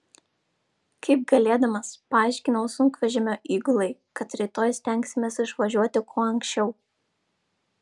kaip galėdamas paaiškinau sunkvežimio įgulai kad rytoj stengsimės išvažiuoti kuo anksčiau